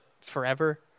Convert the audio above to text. forever